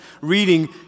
reading